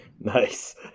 nice